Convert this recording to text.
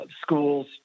schools